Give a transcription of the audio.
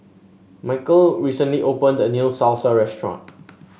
Mykel recently opened a new Salsa restaurant